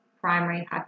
primary